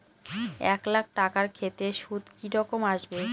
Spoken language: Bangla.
এক লাখ টাকার ক্ষেত্রে সুদ কি রকম আসবে?